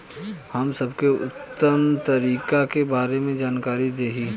हम सबके उत्तम तरीका के बारे में जानकारी देही?